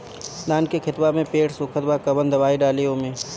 धान के खेतवा मे पेड़ सुखत बा कवन दवाई डाली ओमे?